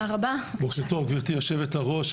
בוקר טוב גברתי יושבת הראש,